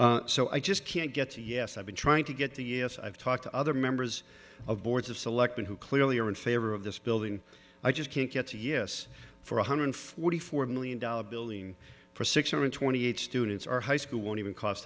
amount so i just can't get a yes i've been trying to get the years i've talked to other members of boards of selectmen who clearly are in favor of this building i just can't get to yes for one hundred forty four million dollars building for six hundred twenty eight students are high school won't even cost